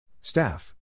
Staff